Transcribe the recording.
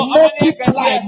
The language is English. Multiply